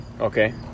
Okay